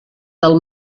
del